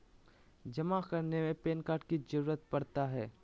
जमा करने में पैन कार्ड की जरूरत पड़ता है?